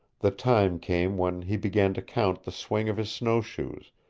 the time came when he began to count the swing of his snowshoes,